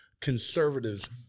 conservatives